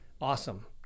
Awesome